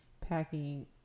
Packing